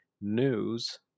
news